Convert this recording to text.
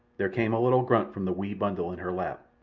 there came a little grunt from the wee bundle in her lap,